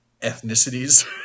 ethnicities